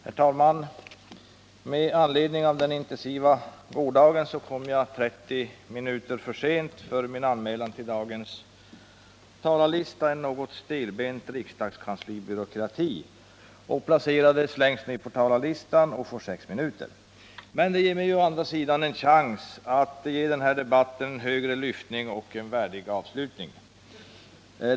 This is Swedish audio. Herr talman! Med anledning av den intensiva gårdagen kom jag 30 minuter för sent med min anmälan till dagens talarlista — en något stelbent riksdagskanslibyråkrati — och placerades längst ner på talarlistan och får bara sex minuter. Men det ger mig ju å andra sidan en chans att ge den här debatten en högre lyftning och en värdig avslutning.